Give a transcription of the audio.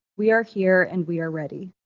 we are here and we are ready.